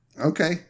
Okay